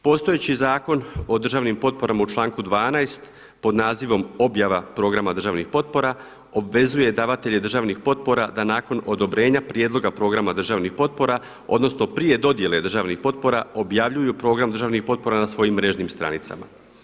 Postojeći Zakon o državnim potporama u članku 12. pod nazivom objava Programa državnih potpora obvezuje davatelje državnih potpora da nakon odobrenja prijedloga programa državnih potpora, odnosno prije dodjele državnih potpora objavljuju program državnih potpora na svojim mrežnim stranicama.